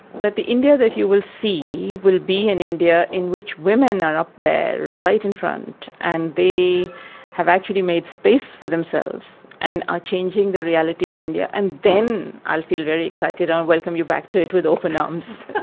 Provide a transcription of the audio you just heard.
that the india that you will see will be an india in which women are up there, right in front, and they have actually made space for themselves and are changing the reality of india. and then i'll feel very excited, i'll welcome you back to it with open arms.